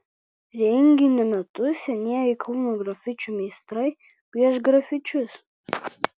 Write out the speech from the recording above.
renginio metu senieji kauno grafičių meistrai pieš grafičius